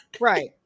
right